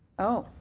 oh,